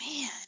man